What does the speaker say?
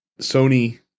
Sony